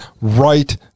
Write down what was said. right